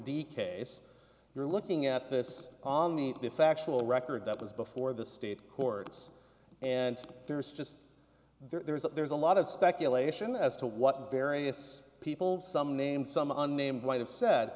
d case you're looking at this on the the factual record that was before the state courts and there's just there's a there's a lot of speculation as to what various people some name some unnamed white have said